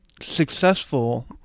successful